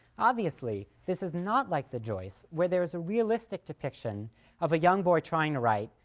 obviously this is not like the joyce, where there is a realistic depiction of a young boy trying to write,